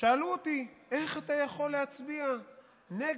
שאלו אותי: איך אתה יכול להצביע נגד?